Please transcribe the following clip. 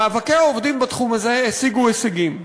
מאבקי העובדים בתחום הזה השיגו הישגים,